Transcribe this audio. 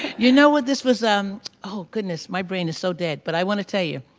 you know what, this was um oh goodness, my brain is so dead but i want to tell you.